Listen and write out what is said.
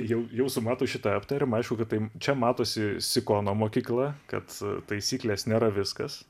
jau jau su matu šitą aptarėm aišku kad tai čia matosi sikono mokykla kad taisyklės nėra viskas